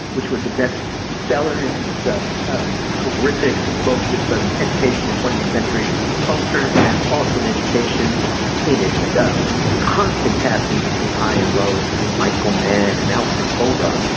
which was a best seller and is um ah terrific. both it's an education and twentieth century culture and auckland education in its um constant passing between high and low between michael mann and alfred polder.